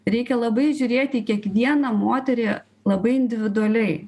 reikia labai žiūrėti į kiekvieną moterį labai individualiai